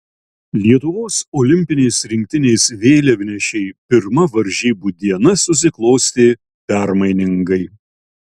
lietuvos olimpinės rinktinės vėliavnešei pirma varžybų diena susiklostė permainingai